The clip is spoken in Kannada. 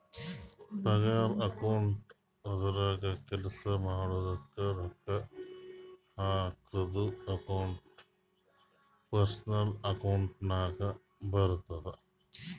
ಪಗಾರ ಅಕೌಂಟ್ ಅಂದುರ್ ಕೆಲ್ಸಾ ಮಾಡಿದುಕ ರೊಕ್ಕಾ ಹಾಕದ್ದು ಅಕೌಂಟ್ ಪರ್ಸನಲ್ ಅಕೌಂಟ್ ನಾಗೆ ಬರ್ತುದ